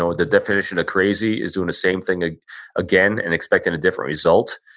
so ah the definition of crazy is doing the same thing again and expecting a different result.